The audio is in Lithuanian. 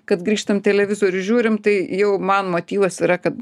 kad grįžtam televizorių žiūrim tai jau man motyvas yra kad